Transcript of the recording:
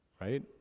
Right